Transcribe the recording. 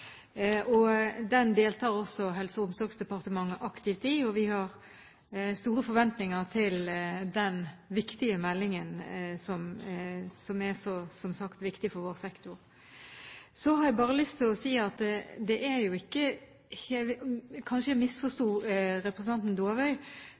og også innholdet i utdanningene fremover. Den deltar også Helse- og omsorgsdepartementet aktivt i. Vi har store forventninger til den viktige meldingen som, som sagt, er så viktig for vår sektor. Så har jeg bare lyst til å si, men kanskje jeg misforsto